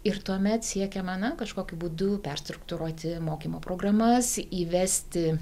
ir tuomet siekiama na kažkokiu būdu perstruktūruoti mokymo programas įvesti